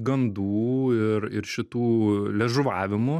gandų ir ir šitų liežuvavimų